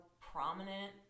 prominent